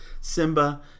Simba